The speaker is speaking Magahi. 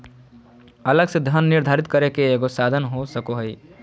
अलग से धन निर्धारित करे के एगो साधन हो सको हइ